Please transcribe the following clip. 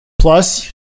Plus